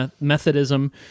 Methodism